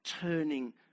turning